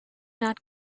not